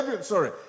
sorry